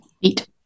Eat